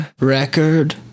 Record